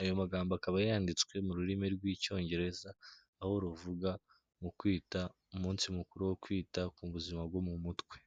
ayo magambo akaba yanditswe mu rurimi rw'icyongereza aho ruvuga mu kwita umunsi mukuru wo kwita ku buzima bwo mu mutwe.